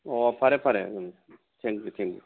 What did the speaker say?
ꯑꯣ ꯐꯔꯦ ꯐꯔꯦ um thank you thank U